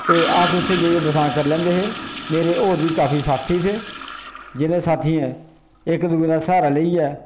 ते अस उत्थे जाइयै बसांऽ करी लैंदे हे मेरे होर बी काफी साथी थे जेह्ड़े साथियें इक दुए दा स्हारा लेइयै